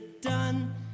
done